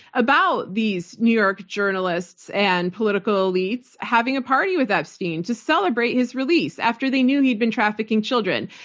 about these new york journalists and political elites having a party with epstein to celebrate his release after they knew he'd been trafficking children.